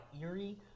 eerie